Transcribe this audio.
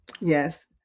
Yes